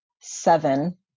seven